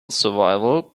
survival